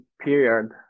period